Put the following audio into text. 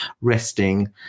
resting